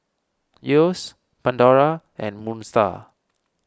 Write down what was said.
Yeo's Pandora and Moon Star